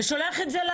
ושולח את זה?